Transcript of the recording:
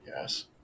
yes